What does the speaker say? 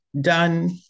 done